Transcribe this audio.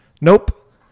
Nope